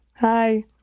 Hi